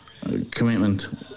Commitment